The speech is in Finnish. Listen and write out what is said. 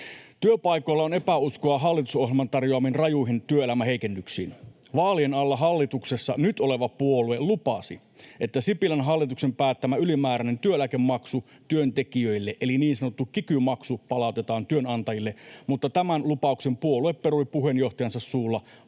Työpaikoilla on epäuskoa hallitusohjelman tarjoamiin rajuihin työelämän heikennyksiin. Vaalien alla hallituksessa nyt oleva puolue lupasi, että Sipilän hallituksen päättämä ylimääräinen työeläkemaksu työntekijöille, eli niin sanottu kiky-maksu, palautetaan työnantajille, mutta tämän lupauksen puolue perui puheenjohtajansa suulla